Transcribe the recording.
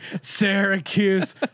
Syracuse